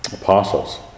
apostles